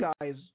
guys –